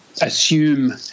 assume